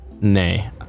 Nay